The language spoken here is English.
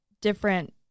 different